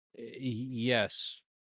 Yes